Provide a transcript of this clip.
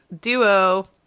duo